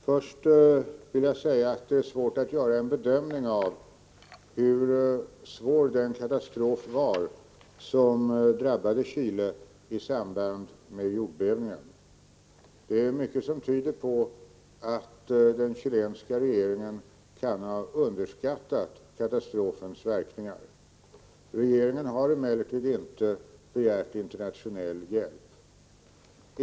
Herr talman! Det är inte lätt att göra en bedömning av hur svår den katastrof var som i samband med jordbävningen drabbade Chile. Det är mycket som tyder på att den chilenska regeringen kan ha underskattat katastrofens verkningar. Regeringen har emellertid inte begärt internationell hjälp.